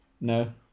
No